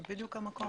זה בדיוק המקום.